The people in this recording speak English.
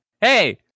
hey